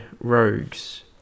rogues